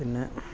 പിന്നെ